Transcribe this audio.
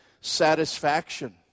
satisfaction